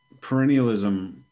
Perennialism